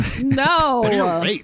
No